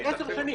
זה 10 שנים,